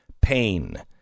pain